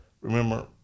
remember